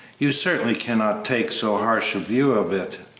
you certainly cannot take so harsh a view of it!